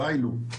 RILO,